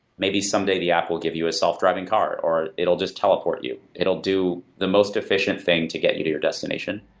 maybe someday the app will give you a self-driving car or it will just teleport you. it will do the most efficient thing to get you to your destination.